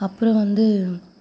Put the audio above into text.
அப்புறம் வந்து